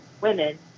women